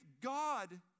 God